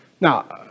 Now